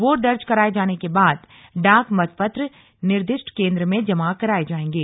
vote दर्ज कराए जाने के बाद डाक मतपत्र निर्दिष्ट केंद्र में जमा कराए जाएंगे